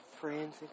friends